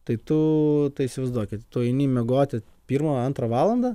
tai tu tai įsivaizduokit tu eini miegoti pirmą antrą valandą